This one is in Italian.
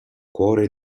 cuore